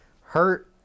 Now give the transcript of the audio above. hurt